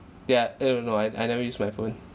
yeah err no I I never use my phone